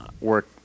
work